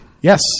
yes